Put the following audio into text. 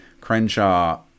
Crenshaw